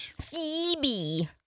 Phoebe